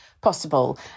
possible